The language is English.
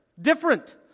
Different